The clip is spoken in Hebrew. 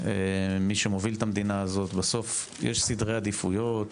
מי שמוביל את המדינה בזאת, בסוף יש סדרי עדיפויות,